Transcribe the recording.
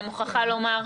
אני מוכרחה לומר.